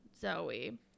Zoe